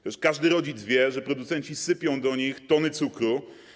Przecież każdy rodzic wie, że producenci sypią do nich tony cukru.